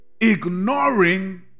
ignoring